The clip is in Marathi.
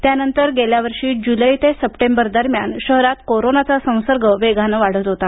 त्यानंतर गेल्या वर्षी जुलै ते सप्टेंबर दरम्यान शहरात कोरोनाचा संसर्ग वेगाने वाढत होता